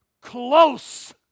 close